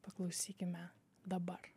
paklausykime dabar